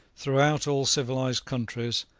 throughout all civilised countries,